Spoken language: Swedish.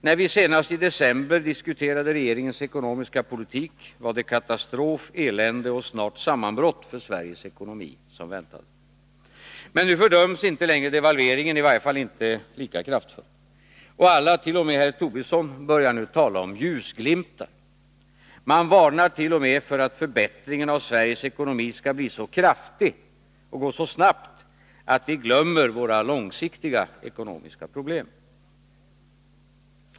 När vi senast i december diskuterade regeringens ekonomiska politik, talades det om att katastrof, elände och sammanbrott väntade Sveriges ekonomi. Men nu fördöms inte devalveringen, i varje fall inte lika kraftfullt. Alla, t.o.m. Lars Tobisson, börjar nu tala om ljusglimtar. Man varnar också för att förbättringen av Sveriges ekonomi skall bli så kraftig och gå så snabbt att vi glömmer våra långsiktiga ekonomiska problem.